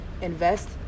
invest